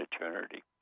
eternity